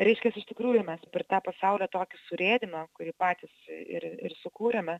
reiškias iš tikrųjų mes per tą pasaulio tokį surėdymą kurį patys ir ir sukūrėme